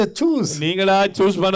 choose